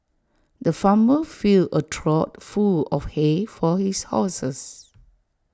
the farmer filled A trough full of hay for his horses